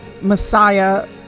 Messiah